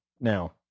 now